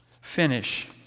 finish